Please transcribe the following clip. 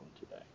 today